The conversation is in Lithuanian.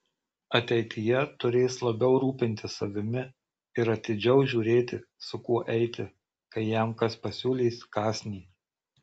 ateityje turės labiau rūpintis savimi ir atidžiau žiūrėti su kuo eiti kai jam kas pasiūlys kąsnį